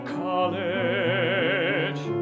college